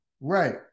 Right